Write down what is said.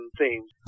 themes